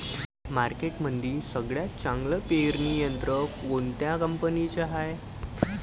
मार्केटमंदी सगळ्यात चांगलं पेरणी यंत्र कोनत्या कंपनीचं हाये?